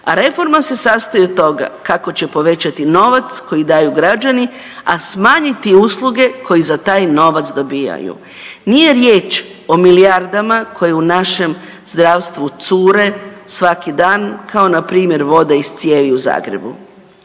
a reforma se sastoji od toga kako će povećati novac koji daju građani, a smanjiti usluge koji za taj novac dobivaju. Nije riječ o milijardama koje u našem zdravstvu cure svaki dan, kao npr. voda iz cijevi u Zagrebu.